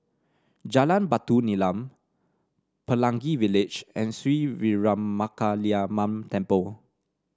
Jalan Batu Nilam Pelangi Village and Sri Veeramakaliamman Temple